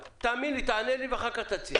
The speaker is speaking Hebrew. תאמין לי, תענה לי ואחר כך תציג.